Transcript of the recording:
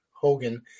Hogan